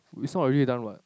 we sort of already done what